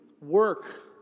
work